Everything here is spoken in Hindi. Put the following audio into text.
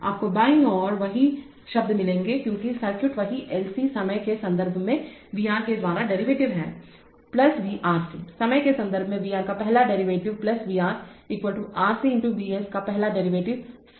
आपको बाईं ओर बिल्कुल वही शब्द मिलेंगे क्योंकि सर्किट वही LC × समय के संबंध में VR का दूसरा डेरीवेटिव है RC समय के संबंध में VR का पहला डेरीवेटिव VR RC × VS का पहला डेरीवेटिवस्रोत वोल्टेज हैं